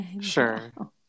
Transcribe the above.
sure